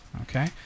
Okay